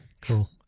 cool